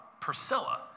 Priscilla